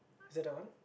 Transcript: is it that one